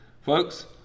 folks